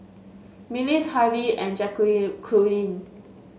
Mills Harvie and